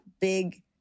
big